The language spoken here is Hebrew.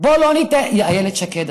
איילת שקד,